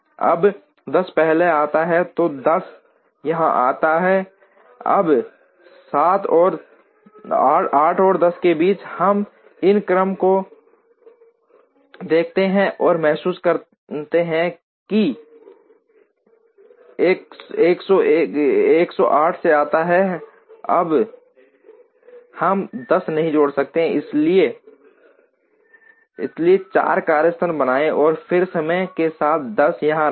अब १० पहले आता है तो अब १० यहाँ आता है अब ९ और १० के बीच हम इस क्रम को देखते हैं और महसूस करते हैं कि १० ९ से आगे आता है अब हम १० नहीं जोड़ सकते हैं इसलिए ४ कार्यस्थान बनाएं और फिर समय के साथ १० यहाँ रखें